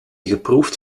geproefd